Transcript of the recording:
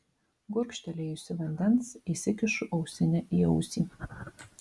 gurkštelėjusi vandens įsikišu ausinę į ausį